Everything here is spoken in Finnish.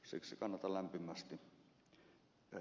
siksi kannatan lämpimästi ed